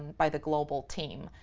by the global team,